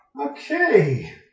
Okay